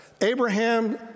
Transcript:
Abraham